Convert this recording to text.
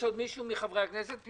עוד מישהו מחברי הכנסת רוצה להתייחס?